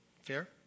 Fair